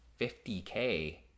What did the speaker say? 50k